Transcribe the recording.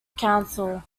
council